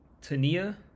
Tania